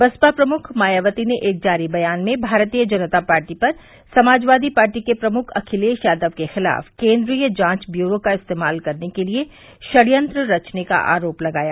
बसपा प्रमुख मायावती ने एक जारी बयान में भारतीय जनता पार्टी पर समाजवादी पार्टी के प्रमुख अखिलेश यादव के खिलाफ केन्द्रीय जांच ब्यूरो का इस्तेमाल करने के लिये षड्यंत्र रचने का आरोप लगाया